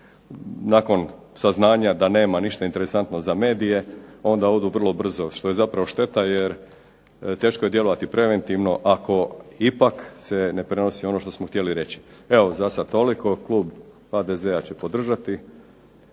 nakon saznanja da nema ništa interesantno za medije onda odu vrlo brzo, što je zapravo šteta, jer teško je djelovati preventivno ako se ipak ne prenosi ono što smo htjeli reći. Evo, za sada toliko. Klub HDZ-a će podržati